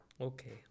Okay